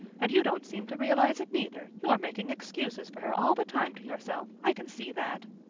and you don't seem to realize it, neither you're making excuses for her all the time to yourself i can see that.